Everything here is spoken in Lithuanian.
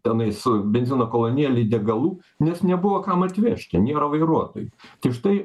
tenais benzino kolonėlėj degalų nes nebuvo kam atvežti nėra vairuotojų tai štai